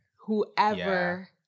whoever